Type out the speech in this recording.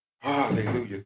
Hallelujah